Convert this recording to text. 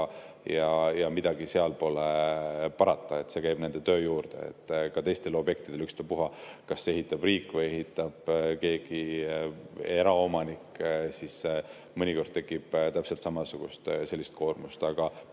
Midagi pole parata, see käib nende töö juurde. Ka teistel objektidel, ükstapuha, kas ehitab riik või ehitab keegi eraomanik, mõnikord tekib täpselt samasugust koormust. Aga